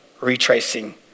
retracing